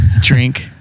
drink